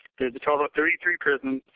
there's a total of thirty three prisons.